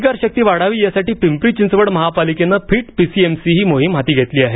प्रतिकारशक्ती वाढावी यासाठी पिंपरी चिंचवड महापालिकेनं फिट पीसीएमसी ही मोहीम हाती घेतली आहे